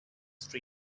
street